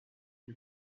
une